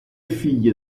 figlie